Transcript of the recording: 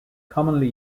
commonly